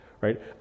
Right